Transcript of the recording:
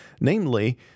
Namely